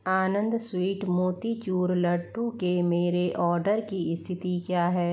आनंद sweet motichoor laddoo के मेरे order की स्थिति क्या है